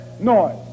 noise